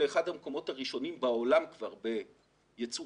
לאחד המקומות הראשונים בעולם בייצור